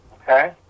Okay